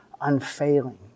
unfailing